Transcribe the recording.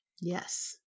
Yes